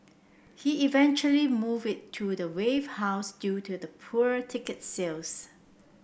he eventually moved it to Wave House due to the poor ticket sales